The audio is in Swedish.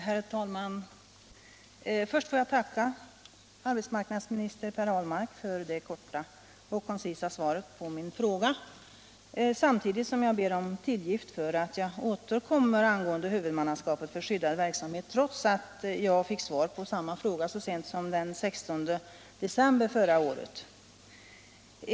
Herr talman! Först får jag tacka arbetsmarknadsminister Per Ahlmark för det korta och koncisa svaret på min fråga, samtidigt som jag ber om tillgift för att jag återkommer angående huvudmannaskapet för skyddad verksamhet trots att jag fick svar på samma fråga så sent som den 16 december förra året.